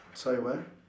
sorry what